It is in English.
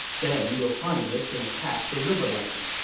then your highness can attack the riverlands,